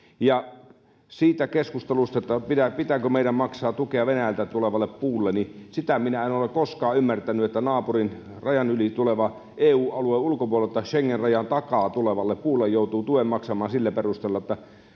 siitä keskustelusta pitääkö meidän maksaa tukea venäjältä tulevalle puulle sitä minä en ole koskaan ymmärtänyt että naapurilta rajan yli eu alueen ulkopuolelta schengen rajan takaa tulevalle puulle joutuu tuen maksamaan sillä perusteella että